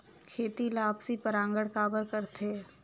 खेती ला आपसी परागण काबर करथे?